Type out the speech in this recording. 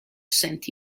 sent